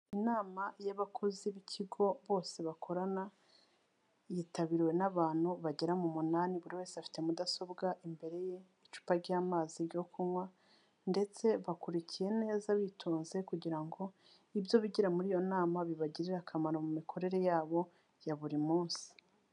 Inama y'abakozi b'ikigo bose bakorana, yitabiriwe n'abantu bagera mu munani, buri wese afite mudasobwa imbere ye, icupa ry'amazi yo kunywa, ndetse bakurikiye neza bitonze, kugira ngo ibyo bigira muri iyo nama, bibagirire akamaro mu mikorere yabo ya buri munsi.